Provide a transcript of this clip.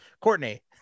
courtney